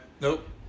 Nope